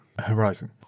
Horizon